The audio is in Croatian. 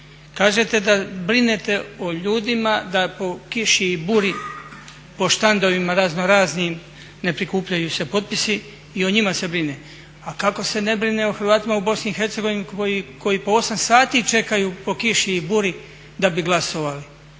Kažete da brinete o ljudima da po kiši i buri po štandovima razno raznim ne prikupljaju se potpisi, i o njima se brine. A kako se ne brine o Hrvatima u BIH koji po 8 sati čekaju po kiši i buri da bi glasovali?